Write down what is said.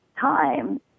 time